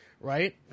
right